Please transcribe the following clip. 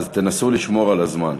אז תנסו לשמור על הזמן.